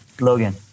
logan